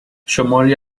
شماری